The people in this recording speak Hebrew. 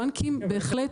הבנקים בהחלט --- כן,